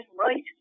right